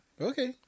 Okay